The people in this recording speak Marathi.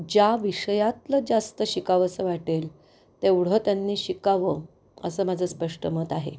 ज्या विषयातलं जास्त शिकावंसं वाटेल तेवढं त्यांनी शिकावं असं माझं स्पष्ट मत आहे